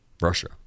Russia